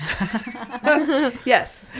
Yes